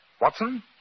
Watson